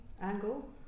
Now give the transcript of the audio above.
angle